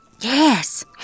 Yes